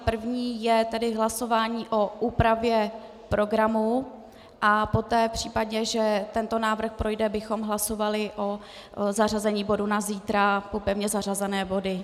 První je hlasování o úpravě programu a poté v případě, že tento návrh projde, bychom hlasovali o zařazení bodu na zítra po pevně zařazených bodech.